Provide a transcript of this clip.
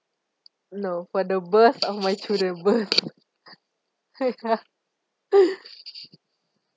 no for the birth of my children birth